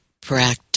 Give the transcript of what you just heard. practice